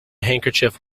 handkerchief